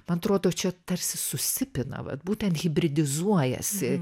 man atrodo čia tarsi susipina vat būtent hibridizuojasi